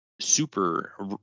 super